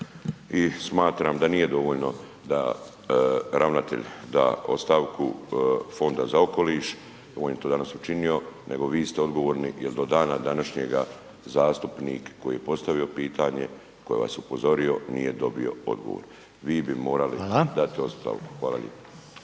i smatram da nije dovoljno da ravnatelj da ostavku Fonda za okoliš, on je to danas učinio, nego vi ste odgovorni jel do dana današnjega zastupnik koji je postavio pitanje, koji vas je upozorio, nije dobio odgovor. Vi bi morali …/Upadica: Hvala/…